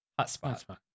hotspot